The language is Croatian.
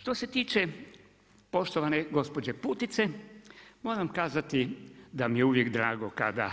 Što se tiče poštovane gospođe Putice, moram kazati da mi je uvijek drago kada